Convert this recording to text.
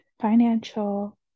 financial